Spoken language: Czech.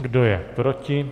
Kdo je proti?